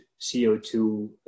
CO2